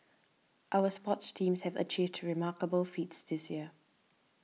our sports teams have achieved to remarkable feats this year